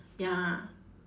ya